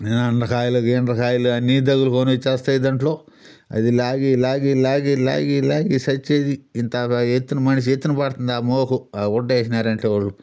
ఎండ్రకాయలు గిండ్రకాయలు అన్ని తగులుకొని వచ్చేస్తాయి దాంట్లో అది లాగి లాగి లాగి లాగి లాగి సచ్చేది ఇంత ఎత్తున మనిషి ఎత్తున పడుతుంది ఆ మోపు ఆ ఉడ్డ వేసినారంటే వాళ్ళు